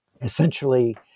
Essentially